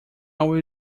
will